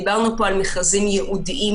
דיברנו פה על מכרזים ייעודיים